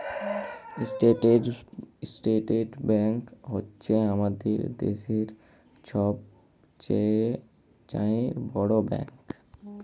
state Bank হছে আমাদের দ্যাশের ছব চাঁয়ে বড় ব্যাংক